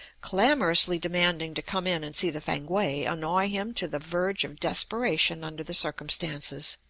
clamorously demanding to come in and see the fankwae, annoy him to the verge of desperation under the circumstances.